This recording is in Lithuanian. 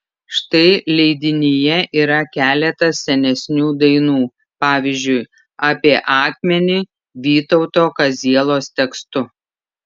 štai leidinyje yra keletas senesnių dainų pavyzdžiui apie akmenį vytauto kazielos tekstu